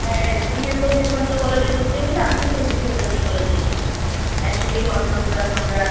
হ্যাঁ তুমিও তো বিবেকানন্দ কলেজে ভর্তি হলে আমিও তো ভর্তি হলাম এই কলেজেই এক সঙ্গেই পড়াশুনা করবো এখন আমরা